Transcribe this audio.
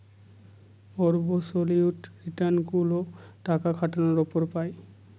absolute return গুলো টাকা খাটানোর উপর পাই